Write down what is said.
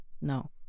No